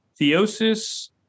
theosis